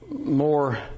more